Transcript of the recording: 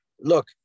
look